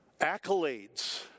accolades